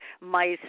mice